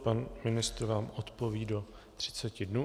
Pan ministr vám odpoví do 30 dnů.